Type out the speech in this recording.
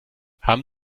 haben